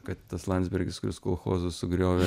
kad tas landsbergis kuris kolchozus sugriovė